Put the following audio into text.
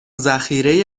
ذخیره